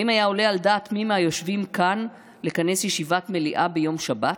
האם היה עולה על דעת מי מהיושבים כאן לכנס ישיבת מליאה ביום שבת?